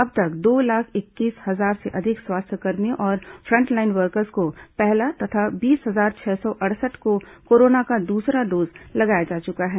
अब तक दो लाख इक्कीस हजार से अधिक स्वास्थ्यकर्मियों और फ्रंटलाइन वर्कर्स को पहला तथा बीस हजार छह सौ अड़सठ को कोरोना का दूसरा डोज लगाया जा चुका है